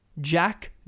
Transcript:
Jack